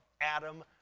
Adam